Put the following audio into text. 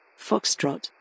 Foxtrot